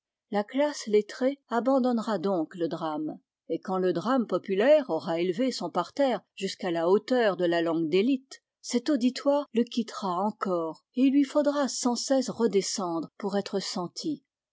la classe lettrée abandonnera donc le drame et quand le drame populaire aura élevé son parterre jusqu'à la hauteur de la langue d'élite cet auditoire le quittera encore et il lui faudra sans cesse redescendre pour être senti